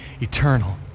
eternal